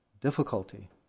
difficulty